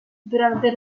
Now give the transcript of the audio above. durante